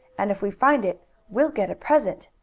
and if we find it we'll get a present.